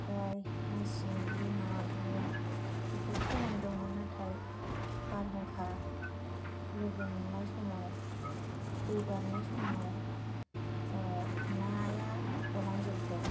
आमफ्राय ना सिंगि मागुर बेफोरखौ मोनदोंमोन नाथाय बारहुंखा लोगो मोननाय समाव दै बारनाय समाव नाया गलांजोबदों